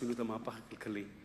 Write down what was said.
כשעשינו את המהפך הכלכלי,